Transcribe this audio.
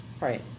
right